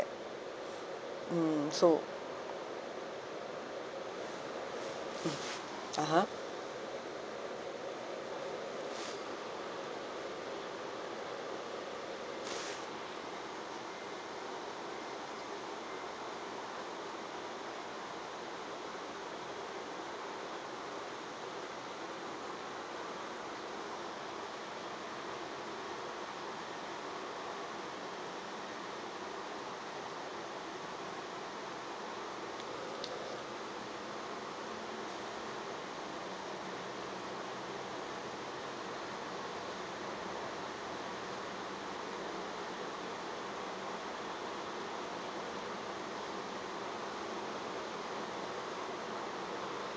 mm so (uh huh)